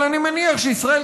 אני מניח שישראל,